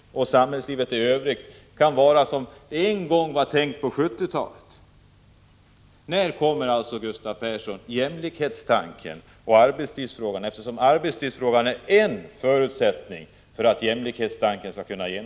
Arbetstidsförkortningen är en förutsättning för att jämlikheten skall kunna genomföras. Så sades det ju också på 1970-talet. När kommer då arbetstidsförkortningen?